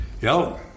Yo